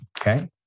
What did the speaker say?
okay